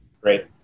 Great